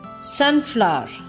Sunflower